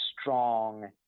strong